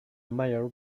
mayor